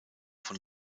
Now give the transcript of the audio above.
von